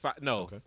No